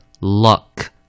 Luck